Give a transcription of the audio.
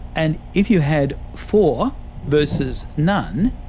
and if you had four versus none,